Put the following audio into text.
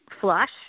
flush